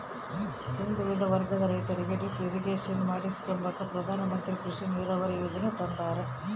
ಹಿಂದುಳಿದ ವರ್ಗದ ರೈತರಿಗೆ ಡಿಪ್ ಇರಿಗೇಷನ್ ಮಾಡಿಸ್ಕೆಂಬಕ ಪ್ರಧಾನಮಂತ್ರಿ ಕೃಷಿ ನೀರಾವರಿ ಯೀಜನೆ ತಂದಾರ